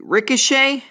Ricochet